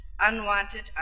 unwanted